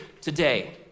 today